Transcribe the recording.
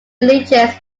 religious